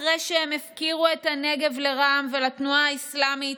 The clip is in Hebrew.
אחרי שהם הפקירו את הנגב לרע"מ ולתנועה האסלאמית,